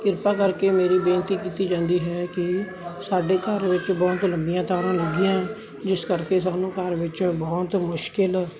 ਕਿਰਪਾ ਕਰਕੇ ਮੇਰੀ ਬੇਨਤੀ ਕੀਤੀ ਜਾਂਦੀ ਹੈ ਕਿ ਸਾਡੇ ਘਰ ਵਿੱਚ ਬਹੁਤ ਲੰਬੀਆਂ ਤਾਰਾਂ ਲੱਗੀਆਂ ਹੈ ਇਸ ਕਰਕੇ ਸਾਨੂੰ ਘਰ ਵਿੱਚ ਬਹੁਤ ਮੁਸ਼ਕਿਲ